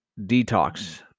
detox